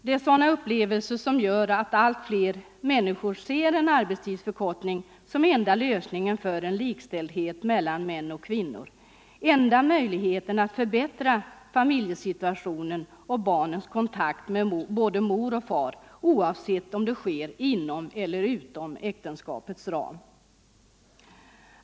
Det är sådana upplevelser som gör att allt fler människor ser en arbetstidsförkortning som enda lösningen för en likställdhet mellan män och kvinnor, enda möjligheten att förbättra familjesituationen och barnens kontakt med både mor och far, oavsett om det sker inom eller utom äktenskapets ram.